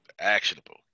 actionable